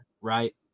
right